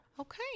Okay